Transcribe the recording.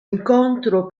incontro